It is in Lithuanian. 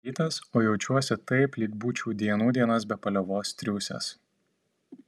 rytas o jaučiuosi taip lyg būčiau dienų dienas be paliovos triūsęs